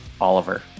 Oliver